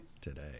today